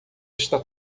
está